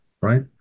right